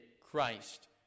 Christ